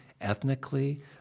ethnically